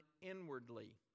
inwardly